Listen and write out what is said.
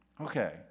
Okay